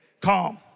calm